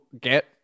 get